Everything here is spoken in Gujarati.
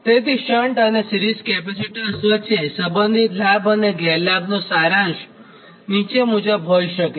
તેથી શન્ટ અને સિરીઝ કેપેસિટર્સ વચ્ચેના સંબંધિત લાભ અને ગેરલાભ નો સારાંશ નીચે મુજબ હોઈ શકે છે